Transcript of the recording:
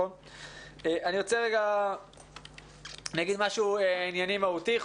אני רוצה לומר משהו ענייני מהותי.